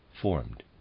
formed